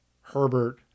Herbert